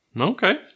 Okay